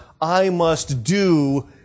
I-must-do